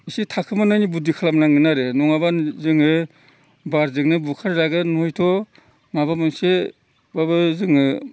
एसे थाखुमानायनि बुद्धि खालामनांगोन आरो नङाब्ला जोङो बारजोंनो बुखार जागोन हयथ' माबा मोनसेब्लाबो जोङो